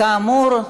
כאמור,